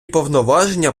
повноваження